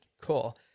cool